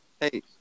Hey